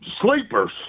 sleepers